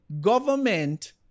government